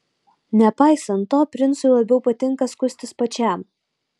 nepaisant to princui labiau patinka skustis pačiam